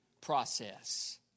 process